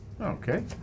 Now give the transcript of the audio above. Okay